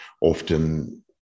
often